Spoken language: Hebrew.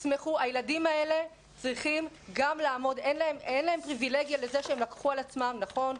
לילדים אין פריבילגיה לזה שהם לקחו על עצמם נכון,